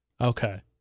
Okay